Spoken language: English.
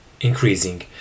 increasing